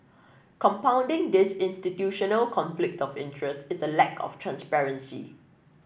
compounding this institutional conflict of interest is a lack of transparency